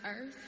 earth